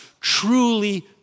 truly